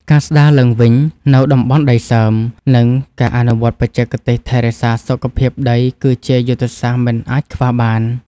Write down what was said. ការស្តារឡើងវិញនូវតំបន់ដីសើម និងការអនុវត្តបច្ចេកទេសថែរក្សាសុខភាពដី គឺជាយុទ្ធសាស្ត្រមិនអាចខ្វះបាន។